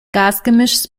gasgemischs